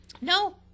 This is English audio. No